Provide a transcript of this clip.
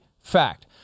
fact